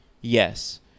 yes